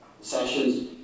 sessions